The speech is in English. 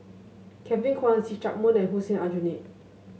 Kevin Kwan See Chak Mun and Hussein Aljunied